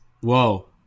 Whoa